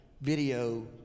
video